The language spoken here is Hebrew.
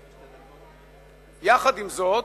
עם זאת,